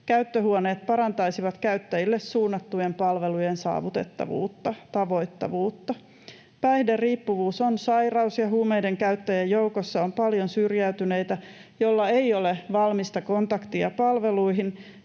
Käyttöhuoneet parantaisivat käyttäjille suunnattujen palvelujen saavutettavuutta, tavoitettavuutta. Päihderiippuvuus on sairaus, ja huumeidenkäyttäjien joukossa on paljon syrjäytyneitä, joilla ei ole valmista kontaktia palveluihin.